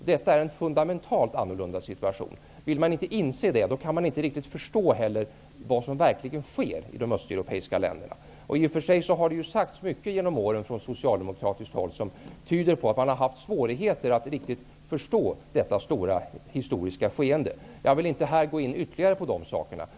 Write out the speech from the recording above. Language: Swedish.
Detta är en fundamentalt annorlunda situation. Om man inte vill inse det, kan man inte heller riktigt förstå vad som verkligen sker i de östeuropeiska länderna. I och för sig har det genom åren, från Socialdemokraternas håll, sagts mycket som tyder på att man har haft svårigheter att riktigt förstå detta historiska skeende. Jag vill inte nu gå in ytterligare på detta.